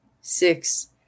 six